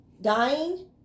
dying